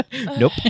Nope